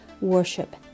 worship